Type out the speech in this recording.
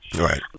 Right